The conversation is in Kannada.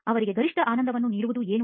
ಅವರಿಗೆ ಗರಿಷ್ಠ ಆನಂದವನ್ನು ನೀಡುವುದು ಏನು